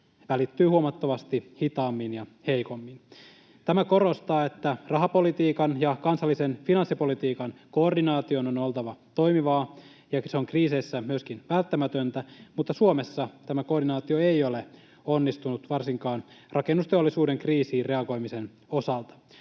välittyy huomattavasti hitaammin ja heikommin. Tämä korostaa, että rahapolitiikan ja kansallisen finanssipolitiikan koordinaation on oltava toimivaa ja että se on kriiseissä myöskin välttämätöntä, mutta Suomessa tämä koordinaatio ei ole onnistunut, varsinkaan rakennusteollisuuden kriisiin reagoimisen osalta.